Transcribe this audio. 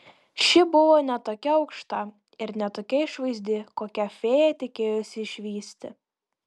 ši buvo ne tokia aukšta ir ne tokia išvaizdi kokią fėja tikėjosi išvysti